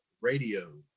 Radio